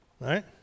Right